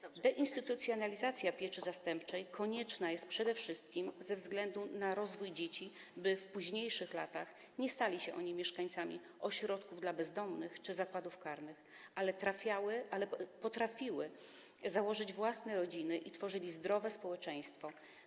Deinstytucjonalizacja pieczy zastępczej konieczna jest przede wszystkim ze względu na rozwój dzieci, by w późniejszych latach nie stały się one mieszkańcami ośrodków dla bezdomnych czy zakładów karnych, by potrafiły założyć własne rodziny i tworzyły zdrowe społeczeństwo.